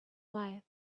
life